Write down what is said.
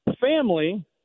family